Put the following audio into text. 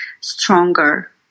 stronger